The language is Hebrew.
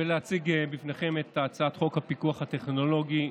אני מתכוון להציג בפניכם את הצעת חוק הפיקוח הטכנולוגי.